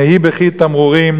נהי בכי תמרורים,